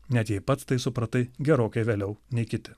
net jei pats tai supratai gerokai vėliau nei kiti